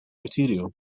material